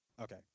Okay